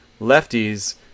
lefties